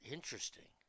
Interesting